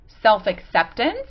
self-acceptance